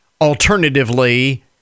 alternatively